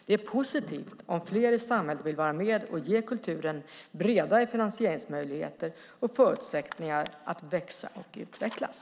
Det är positivt om fler i samhället vill vara med och ge kulturen bredare finansieringsmöjligheter och förutsättningar att växa och utvecklas.